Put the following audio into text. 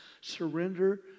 Surrender